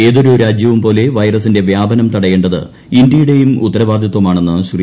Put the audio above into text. ഏതൊരു രാജ്യവും പോലെ വൈറസിന്റെ വ്യാപനം തട്ടയേണ്ടത് ഇന്ത്യയുടെയും ഉത്തരവാദിത്വമാണെന്ന് ശ്രീ